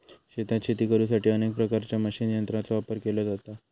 शेतात शेती करुसाठी अनेक प्रकारच्या मशीन यंत्रांचो वापर केलो जाता